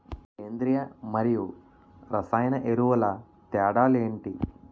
సేంద్రీయ మరియు రసాయన ఎరువుల తేడా లు ఏంటి?